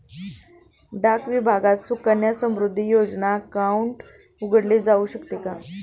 डाक विभागात सुकन्या समृद्धी योजना अकाउंट उघडले जाऊ शकते का?